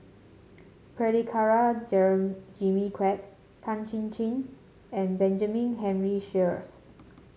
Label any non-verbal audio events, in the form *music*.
Prabhakara *unintelligible* Jimmy Quek Tan Chin Chin and Benjamin Henry Sheares